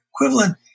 equivalent